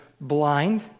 blind